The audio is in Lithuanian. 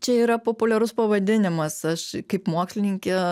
čia yra populiarus pavadinimas aš kaip mokslininkė